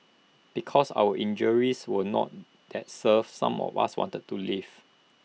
because our injuries were not that severe some of us wanted to leave